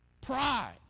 Pride